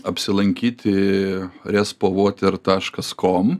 apsilankyti respo voter taškas kom